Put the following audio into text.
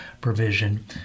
provision